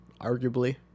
arguably